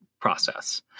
process